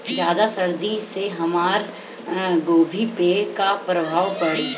ज्यादा सर्दी से हमार गोभी पे का प्रभाव पड़ी?